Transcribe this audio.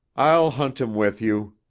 i'll hunt him with you,